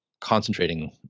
concentrating